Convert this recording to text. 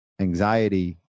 anxiety